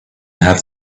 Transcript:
have